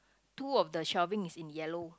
two of the shelving is in yellow